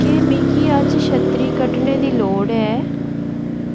क्या मिगी अज्ज छत्तड़ी कड्ढने दी लोड़ ऐ